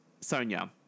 Sonia